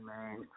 man